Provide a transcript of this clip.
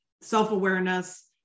self-awareness